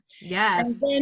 Yes